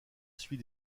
suit